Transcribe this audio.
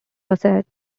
bassett